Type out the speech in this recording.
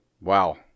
Wow